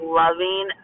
loving